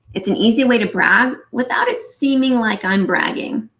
it's an easy way to brag without it seeming like i'm bragging.